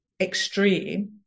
extreme